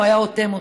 הוא היה אוטם אותן.